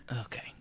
Okay